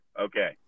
Okay